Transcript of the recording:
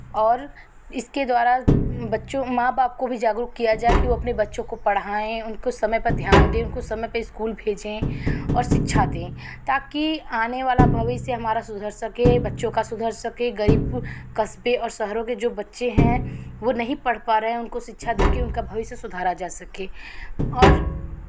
और इसके द्वारा बच्चों माँ बाप को भी जागरुक किया जाय कि वो अपने बच्चों को पढ़ाएँ उनको समय पर ध्यान दें उनको समय पर इस्कूल भेजें और शिक्षा दें ताकि आने वाला भविष्य हमारा सुधर सके बच्चों का सुधर सके गरीब कस्बे और शहरों में जो बच्चे हैं वो नहीं पढ़ पा रहे हैं उनको शिक्षा देके उनका भविष्य सुधारा जा सके और